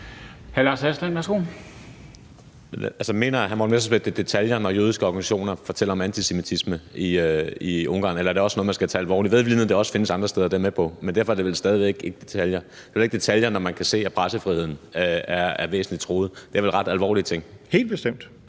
Lars Aslan Rasmussen (S): Mener hr. Morten Messerschmidt, at det er detaljer, når jødiske organisationer fortæller om antisemitisme i Ungarn, eller er det også noget, man skal tage alvorligt? Det sker også andre steder – det er jeg med på – men derfor er det vel stadig væk ikke detaljer. Det er heller ikke i detaljer, når man kan se, at pressefriheden er væsentlig truet. Det er vel ret alvorlige ting. Kl.